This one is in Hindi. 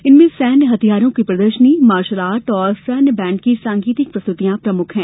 इनमें सैन्य हथियारों की प्रदर्शनी मार्शलआर्ट और सैन्य बैण्ड की संगीत प्रस्तुतियां प्रमुख हैं